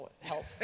Help